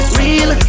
real